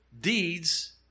deeds